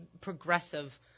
progressive